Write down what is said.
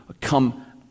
come